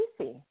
easy